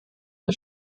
der